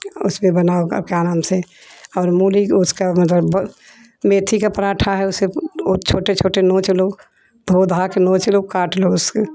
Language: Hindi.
उस पर बनाओ का क्या नाम से और मूली को उसका मतलब मेथी का पराठा है उसे वो छोटे छोटे नोच लो धो धा के नोच लो काट लो उसके